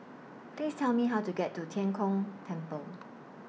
Please Tell Me How to get to Tian Kong Temple